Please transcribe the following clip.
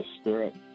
Spirit